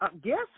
guess